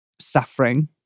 suffering